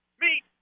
meet